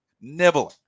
nibbling